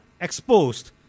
Exposed